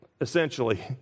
essentially